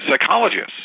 psychologists